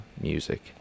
music